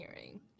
hearing